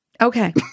Okay